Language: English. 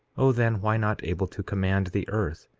o then, why not able to command the earth,